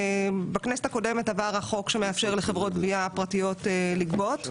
בכנסת הקודמת עבר החוק שמאפשר לחברות הגבייה הפרטיות לגבות,